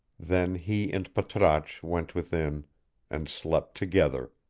then he and patrasche went within and slept together,